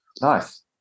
Nice